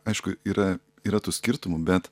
aišku yra yra tų skirtumų bet